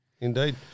Indeed